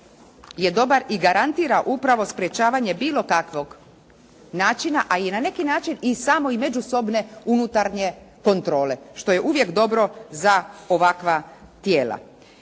je dobar i garantira upravo sprečavanje bilo kakvog načina, a i na neki način i samo i međusobne unutarnje kontrole, što je uvijek dobro za ovakva tijela.